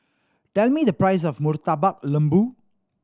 tell me the price of Murtabak Lembu